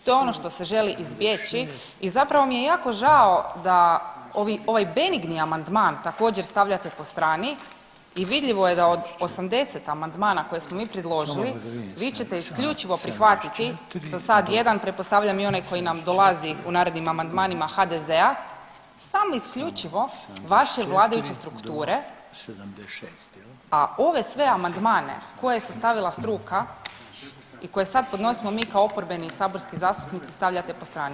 To je ono što se želi izbjeći i zapravo mi je jako žao da ovaj benigni amandman također stavljate po strani i vidljivo je da od 80 amandmana koje smo mi predložili vi ćete isključivo prihvatiti za sad jedan pretpostavljam i onaj koji nam dolazi u narednim amandmanima HDZ-a samo isključivo vaše vladajuće strukture a ove sve amandmane koje je sastavila struka i koje podnosimo sad mi kao oporbeni saborski zastupnici stavljate po strani.